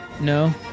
No